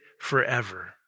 forever